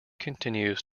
continues